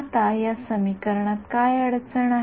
आता या समीकरणात काय अडचण आहे